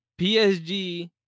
PSG